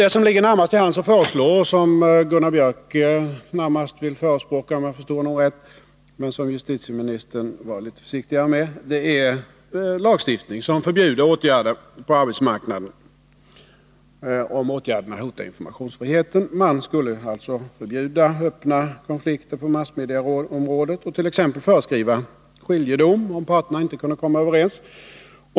Det som ligger närmast till hands att föreslå — och det som Gunnar Biörck, om jag förstår honom rätt, närmast vill förespråka, medan justitieministern är litet försiktigare — är en lagstiftning som förbjuder åtgärder på arbetsmarknaden om dessa hotar informationsfriheten. Man skulle alltså förbjuda öppna konflikter på massmediaområdet och t.ex. föreskriva skiljedom om parterna inte kunde komma överens.